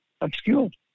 obscured